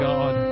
God